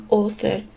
author